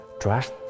trust